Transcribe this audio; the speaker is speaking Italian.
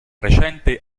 recente